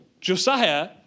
Josiah